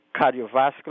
cardiovascular